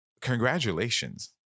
congratulations